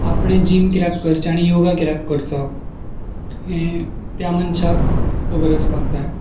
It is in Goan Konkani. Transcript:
आपणें जीम कित्याक करचें आनी योगा कित्याक करचो हें त्या मनशाक खबर आसपाक जाय